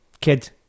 kid